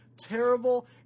terrible